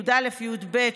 י"א-י"ב,